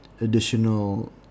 additional